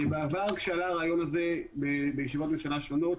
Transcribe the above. בעבר כשעלה הרעיון הזה בישיבות ממשלה שונות,